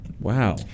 Wow